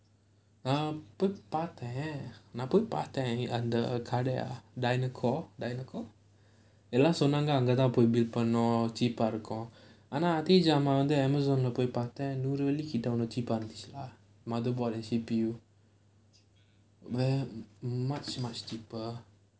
போய் பார்த்தேன் நான் போய் பார்த்தேன் அந்த கடை:poi paarthaen naan poyi paarthaen antha kadai under எல்லாரும் சொன்னாங்க அங்க தான் போய்:ellaarum sonnaanga antha thaan poyi upgrade பண்ணனும்:pannanum cheap ah இருக்கும் ஆனா அதே ஜாமான் வந்து:irukkum aanaa adhae jaamaan vanthu Amazon leh போய் பார்த்தேன் நூறு வெள்ளி:poyi paarthaen nooru velli cheap ah இருந்துச்சு:irunthuchchu lah motherboard and C_P_U ya much much cheaper